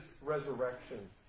resurrection